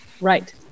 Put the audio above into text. Right